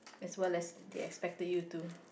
as well as they expected you to